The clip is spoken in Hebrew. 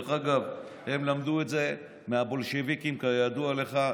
דרך אגב, הם למדו את זה מהבולשביקים, כידוע לך.